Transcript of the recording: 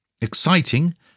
exciting